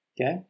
okay